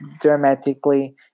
dramatically